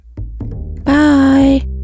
Bye